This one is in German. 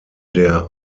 der